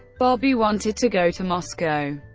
bobby wanted to go to moscow.